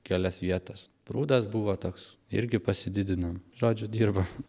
kelias vietas prūdas buvo toks irgi pasididinom žodžiu dirbam